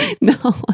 No